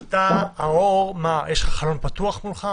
אני ראש מדור חקירות במטה הארצי של המשטרה.